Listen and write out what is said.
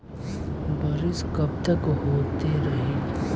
बरिस कबतक होते रही?